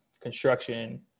construction